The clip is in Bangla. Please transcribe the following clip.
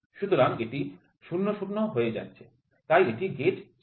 সুতরাং এটি ০০০০০ তাই এটি গেজ ৪